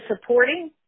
supporting